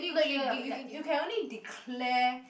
no you you you you can only declare